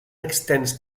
extens